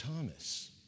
Thomas